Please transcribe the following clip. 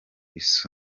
isi